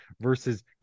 versus